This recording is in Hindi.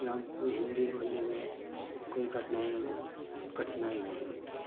क्योंकि हमको हिंदी बोलने में कोई कठिनाई अगर कठिनाई नहीं होती है